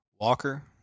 Walker